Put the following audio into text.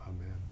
amen